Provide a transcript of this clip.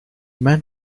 men